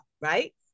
right